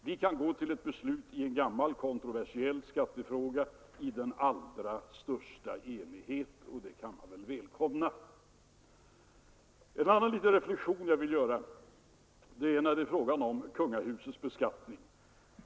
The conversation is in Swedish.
Vi kan gå till ett beslut i en gammal kontroversiell skattefråga i den allra största enighet, och det kan man välkomna. Jag vill göra en annan liten reflexion, och den gäller kungahusets beskattning.